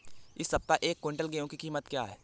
इस सप्ताह एक क्विंटल गेहूँ की कीमत क्या है?